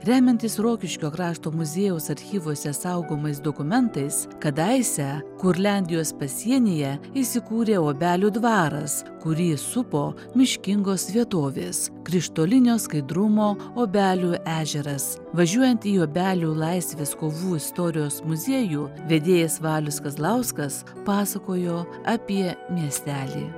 remiantis rokiškio krašto muziejaus archyvuose saugomais dokumentais kadaise kurliandijos pasienyje įsikūrė obelių dvaras kurį supo miškingos vietovės krištolinio skaidrumo obelių ežeras važiuojant į obelių laisvės kovų istorijos muziejų vedėjas valius kazlauskas pasakojo apie miestelį